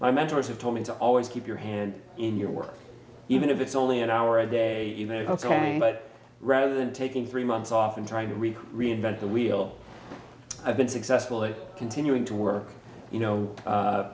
my mentors have told me to always keep your hand in your work even if it's only an hour a day ok but rather than taking three months off and trying to read reinvent the wheel i've been successful in continuing to work you know